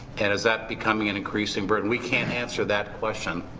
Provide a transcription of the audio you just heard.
and is that becoming and increasing burden? we can't answer that question.